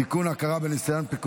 אז כן, מפקד בצה"ל זה ניסיון ניהולי,